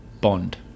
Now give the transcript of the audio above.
Bond